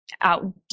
out